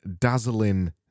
dazzling